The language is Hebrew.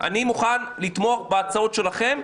אני מוכן לתמוך בהצעות שלכם,